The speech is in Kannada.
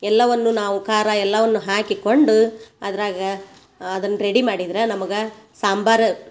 ಎಲ್ಲವನ್ನು ನಾವು ಖಾರ ಎಲ್ಲವನ್ನು ಹಾಕಿಕೊಂಡು ಅದ್ರಾಗ ಅದನ್ನ ರೆಡಿ ಮಾಡಿದ್ರ ನಮಗೆ ಸಾಂಬಾರು